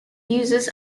uses